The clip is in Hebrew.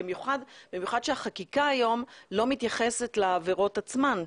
במיוחד שהחקיקה היום לא מתייחסת לעבירות עצמן.